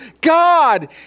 God